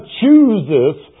chooses